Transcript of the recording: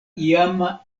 iama